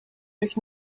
durch